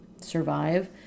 survive